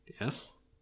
Yes